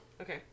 Okay